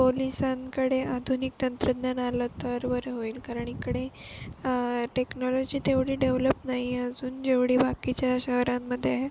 पोलिसांकडे आधुनिक तंत्रज्ञान आलं तर बरं होईल कारण इकडे टेक्नॉलॉजी तेवढी डेवलप नाही आहे अजून जेवढी बाकीच्या शहरांमध्ये आहे